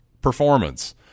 performance